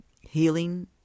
healing